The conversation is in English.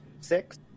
Six